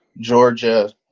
Georgia